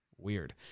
Weird